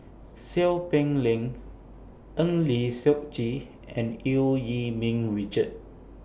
Seow Peck Leng Eng Lee Seok Chee and EU Yee Ming Richard